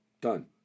Done